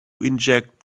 inject